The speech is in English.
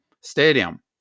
Stadium